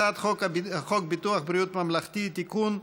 הצעת חוק ביטוח בריאות ממלכתי (תיקון,